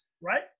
right